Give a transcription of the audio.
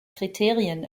kriterien